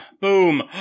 boom